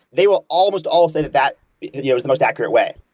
they will almost all say that that you know is the most accurate way.